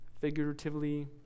figuratively